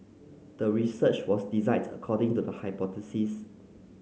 the research was designed according to the hypothesis